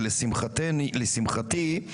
ולשמחתי,